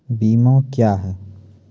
बीमा क्या हैं?